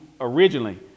originally